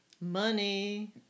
Money